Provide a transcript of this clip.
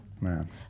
Man